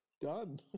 Done